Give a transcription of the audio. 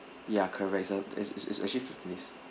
ya correct it's a it's it's it's actually fifteen days